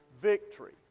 victory